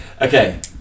Okay